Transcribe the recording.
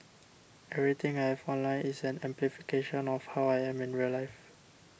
everything I have online is an amplification of how I am in real life